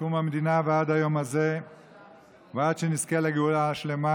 קום המדינה ועד היום הזה ועד שנזכה לגאולה השלמה,